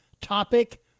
Topic